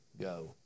go